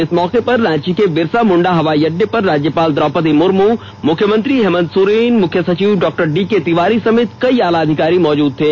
इस मौके पर रांची के बिरसा मुण्डा हवाई अड्डे पर राज्यपाल द्रौपदी मुर्मू मुख्यमंत्री हेमंत सोरेन मुख्य सचिव डॉक्टर डीके तिवारी सहित कई आला अधिकारी मौजूद थे